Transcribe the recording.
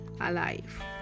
alive